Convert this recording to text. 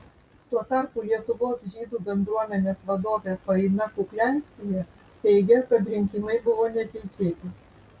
tuo tarpu lietuvos žydų bendruomenės vadovė faina kuklianskyje teigia kad rinkimai buvo neteisėti